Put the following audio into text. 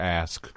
ask